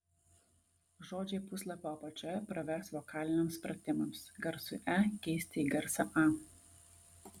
žodžiai puslapio apačioje pravers vokaliniams pratimams garsui e keisti į garsą a